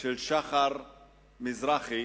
של שחר מזרחי